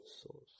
soul